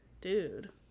Dude